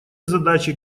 задачи